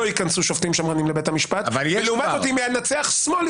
לא ייכנסו שופטים שמרנים לבית המשפט ולעומת זאת אם ינצח שמאל,